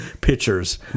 pictures